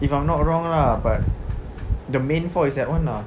if I'm not wrong lah but the main four is that [one] ah